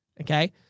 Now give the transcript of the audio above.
Okay